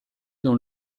dans